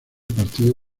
partido